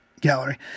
gallery